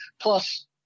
Plus